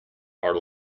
are